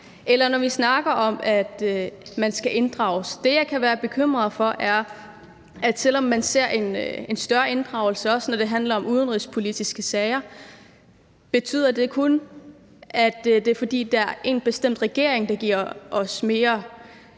eller når vi snakker om, at man skal inddrages. Det, jeg kan være bekymret for, er, om det, at man ser en større inddragelse, også når det handler om udenrigspolitiske sager, kun betyder, at det er, fordi der er en bestemt regering, der giver os mere lov